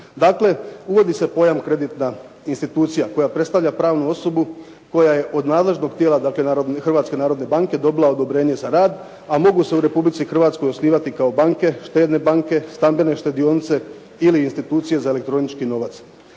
Dakle uvodi se pojam kreditna institucija koja predstavlja pravnu osobu koja je od nadležnog tijela dakle Hrvatske narodne banke dobila odobrenje za rad a mogu se u Republici Hrvatskoj osnivati kao banke, štedne banke, stambene štedionice ili institucije za elektronički novac.